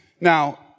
Now